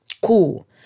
cool